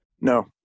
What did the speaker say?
No